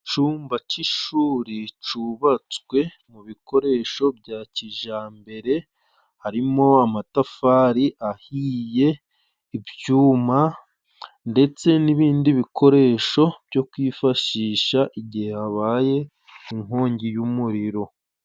cyumba c'ishuri cubatswe mu bikoresho bya kijyambere harimo amatafari ahiye ibyuma ndetse n'ibindi bikoresho byo kwifashisha igihe habaye inkongi y'umuriro